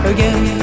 Again